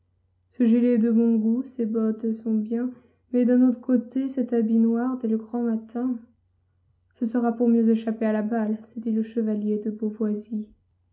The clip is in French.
ce gilet est de bon goût ces bottes sont bien mais d'un autre côté cet habit noir dès le grand matin ce sera pour mieux échapper à la balle se dit le chevalier de